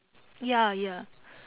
ya ya